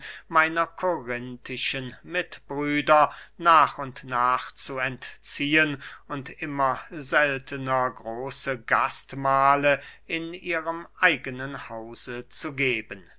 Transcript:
meiner korinthischen mitbrüder nach und nach zu entziehen und immer seltener große gastmahle in ihrem eigenen hause zu geben